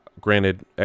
Granted